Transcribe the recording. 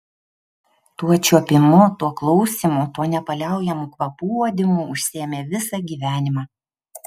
tuo čiuopimu tuo klausymu tuo nepaliaujamu kvapų uodimu užsiėmė visą gyvenimą